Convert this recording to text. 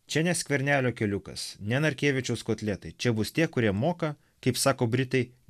čia ne skvernelio keliukas ne narkevičiaus kotletai čia bus tie kurie moka kaip sako britai